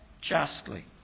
justly